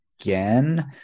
again